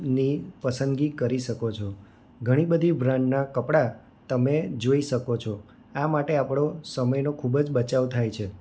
ની પસંદગી કરી શકો છો ઘણી બધી બ્રાંડના કપડાં તમે જોઈ શકો છો આ માટે આપણો સમયનો ખૂબ જ બચાવ થાય છે